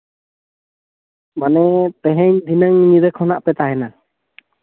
ᱢᱟᱱᱮ ᱛᱮᱦᱮᱧ ᱫᱷᱤᱱᱟᱹᱝ ᱧᱤᱫᱟᱹ ᱠᱷᱚᱱᱟᱜ ᱯᱮ ᱛᱟᱦᱮᱱᱟ